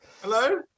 Hello